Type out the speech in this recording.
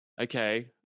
okay